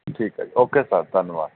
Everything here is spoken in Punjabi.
ਠੀਕ ਹੈ ਜੀ ਓਕੇ ਸਰ ਧੰਨਵਾਦ